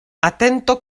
atento